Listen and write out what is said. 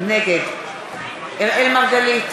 נגד אראל מרגלית,